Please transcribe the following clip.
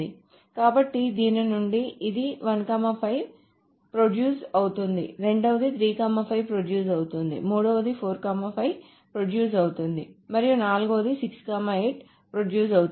కాబట్టి దీని నుండి ఇది 1 5 ప్రొడ్యూస్ అవుతుంది రెండవది 3 5 ప్రొడ్యూస్ అవుతుంది మూడవది 4 5 ప్రొడ్యూస్ అవుతుంది మరియు నాల్గవది 6 8 ప్రొడ్యూస్ అవుతుంది